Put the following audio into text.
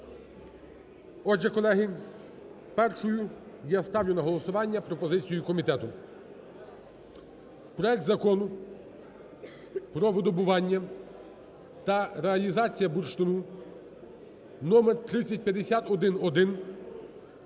Отже, колеги, першою я ставлю на голосування пропозицію комітету: проект Закону про видобування та реалізацію бурштину (№1351-1)